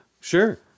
Sure